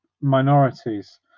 minorities